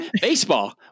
Baseball